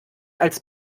als